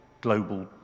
global